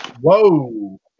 whoa